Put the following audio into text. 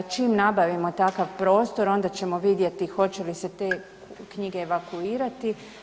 Čim nabavimo takav prostor onda ćemo vidjeti hoće li se te knjige evakuirati.